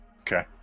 okay